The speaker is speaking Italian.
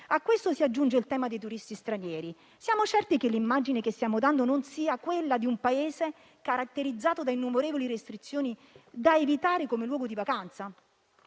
A questo si aggiunge il tema dei turisti stranieri. Siamo certi che l'immagine che stiamo dando non sia quella di un Paese caratterizzato da innumerevoli restrizioni da evitare come luogo di vacanza?